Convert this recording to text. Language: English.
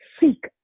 seek